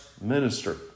Minister